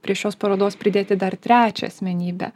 prie šios parodos pridėti dar trečią asmenybę